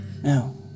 No